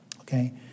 okay